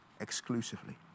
exclusively